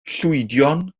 llwydion